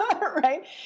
right